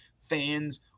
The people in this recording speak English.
fans